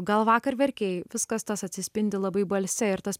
gal vakar verkei viskas tas atsispindi labai balse ir tas